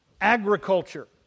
agriculture